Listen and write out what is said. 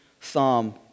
psalm